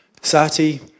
Sati